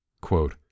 quote